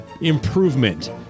improvement